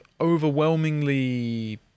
overwhelmingly